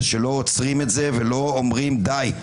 שלא עוצרים את זה ולא אומרים "די".